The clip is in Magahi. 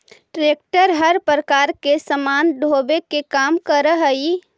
ट्रेक्टर हर प्रकार के सामान ढोवे के काम करऽ हई